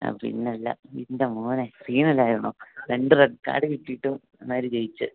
ആ പിന്നല്ല എൻ്റെ മോനെ സീനല്ലായിരുന്നോ രണ്ട് റെഡ് കാർഡ് കിട്ടിയിട്ടും അവന്മാർ ജയിച്ച്